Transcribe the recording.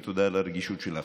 ותודה על הרגישות שלך.